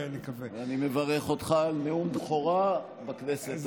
ואני מברך אותך על נאום בכורה בכנסת הזאת.